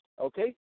Okay